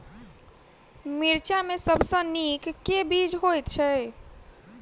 मिर्चा मे सबसँ नीक केँ बीज होइत छै?